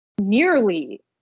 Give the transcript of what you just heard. nearly